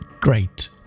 great